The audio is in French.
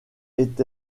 est